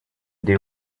they